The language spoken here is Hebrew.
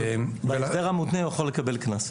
בהסדר המותנה הוא יכול לקבל קנס.